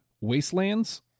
Wastelands